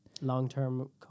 Long-term